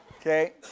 Okay